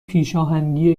پیشاهنگی